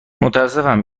متأسفم